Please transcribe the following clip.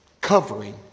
covering